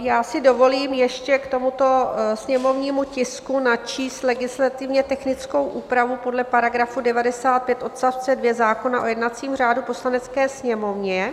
Já si dovolím ještě k tomuto sněmovnímu tisku načíst legislativně technickou úpravu podle § 95 odst. 2 zákona o jednacím řádu Poslanecké sněmovny: